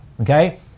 Okay